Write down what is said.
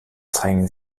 zeigen